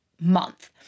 month